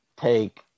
take